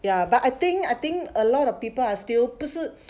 ya but I think I think a lot of people are still 不是